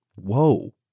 whoa